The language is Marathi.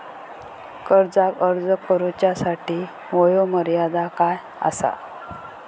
कर्जाक अर्ज करुच्यासाठी वयोमर्यादा काय आसा?